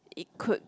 it could